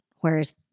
Whereas